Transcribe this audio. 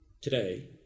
today